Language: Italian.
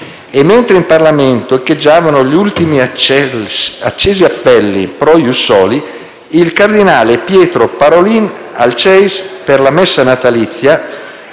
e mentre in Parlamento echeggiavano gli ultimi accesi appelli pro *ius soli*, il cardinal Pietro Parolin, al Ceis per la messa natalizia